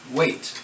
wait